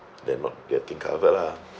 they're not getting covered ah